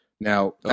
Now